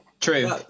True